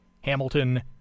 Hamilton